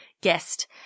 guest